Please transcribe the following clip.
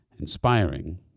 inspiring